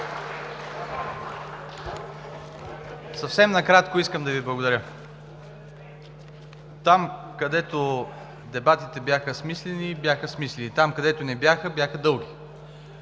съвсем накратко искам да Ви благодаря! Там, където дебатите бяха смислени – бяха смислени, там, където не бяха – бяха дълги,